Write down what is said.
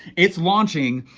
it's launching,